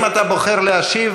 אם אתה בוחר להשיב,